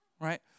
right